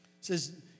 says